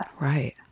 Right